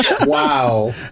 Wow